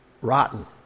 rotten